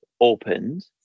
opened